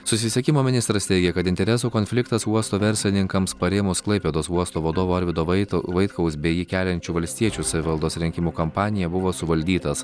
susisiekimo ministras teigia kad interesų konfliktas uosto verslininkams parėmus klaipėdos uosto vadovo arvydo vaitau vaitkaus bei jį keliančių valstiečių savivaldos rinkimų kampaniją buvo suvaldytas